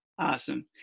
Awesome